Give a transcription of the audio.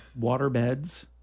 waterbeds